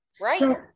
right